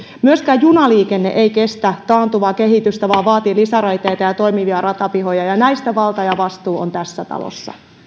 myöskään junaliikenne ei kestä taantuvaa kehitystä vaan vaatii lisäraiteita ja toimivia ratapihoja ja näistä valta ja vastuu on tässä talossa